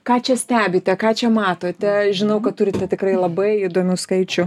ką čia stebite ką čia matote žinau kad turite tikrai labai įdomių skaičių